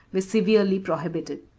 were severely prohibited.